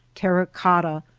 terra-cotta,